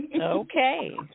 Okay